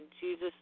Jesus